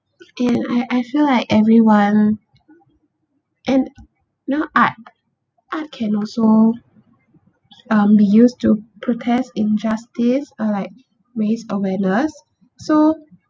and I I feel like everyone and you know art art can also um be used to protest injustice or like raise awareness so